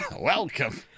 Welcome